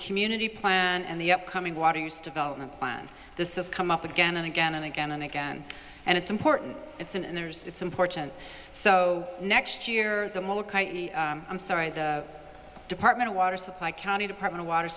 community plan and the upcoming water use development plan this is come up again and again and again and again and it's important it's and there's it's important so next year the most i'm sorry the department of water supply county department of water